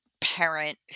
parent